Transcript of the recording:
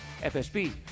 FSB